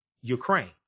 Ukraine